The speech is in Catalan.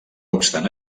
obstant